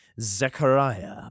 Zechariah